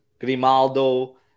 Grimaldo